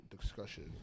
discussion